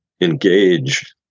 engage